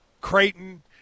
Creighton